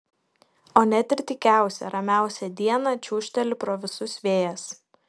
o net ir tykiausią ramiausią dieną čiūžteli pro visus vėjas